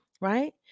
right